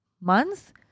month